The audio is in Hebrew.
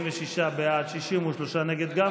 46 בעד, 63 נגד.